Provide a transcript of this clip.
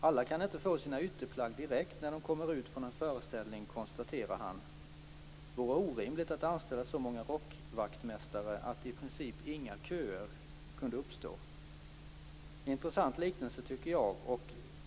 Alla kan inte få sina ytterplagg direkt när de kommer ut från en föreställning, konstaterar han. Det vore orimligt att anställa så många rockvaktmästare att i princip inga köer kunde uppstå. Det är en intressant liknelse, tycker jag.